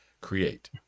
create